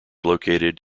located